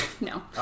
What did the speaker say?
no